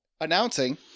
announcing